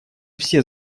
все